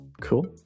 Cool